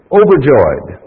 overjoyed